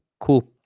cool